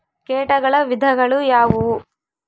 ಕೇಟಗಳ ವಿಧಗಳು ಯಾವುವು?